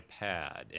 ipad